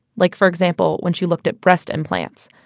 like for example, when she looked at breast implant,